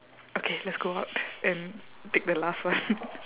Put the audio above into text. okay let's go out and take the last one